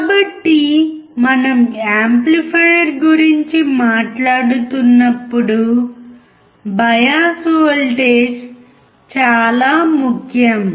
కాబట్టి మనము యాంప్లిఫైయర్ గురించి మాట్లాడుతున్నప్పుడు బయాస్ వోల్టేజ్ చాలా ముఖ్యం